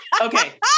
Okay